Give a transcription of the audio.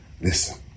listen